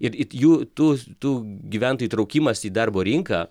ir it jų tų tų gyventojų įtraukimas į darbo rinką